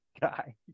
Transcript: guy